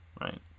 right